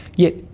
yet,